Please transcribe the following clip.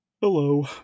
Hello